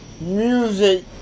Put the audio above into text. Music